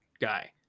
guy